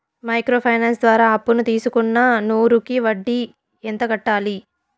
Micro finance ద్వారా అప్పును తీసుకున్న నూరు కి వడ్డీ ఎంత కట్టాలి?